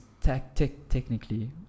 technically